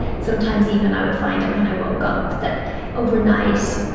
sometimes even i would find that when i woke up that overnight,